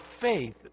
faith